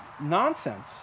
nonsense